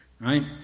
right